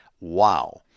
Wow